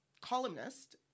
columnist